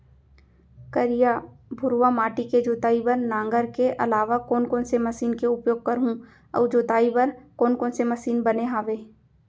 करिया, भुरवा माटी के जोताई बर नांगर के अलावा कोन कोन से मशीन के उपयोग करहुं अऊ जोताई बर कोन कोन से मशीन बने हावे?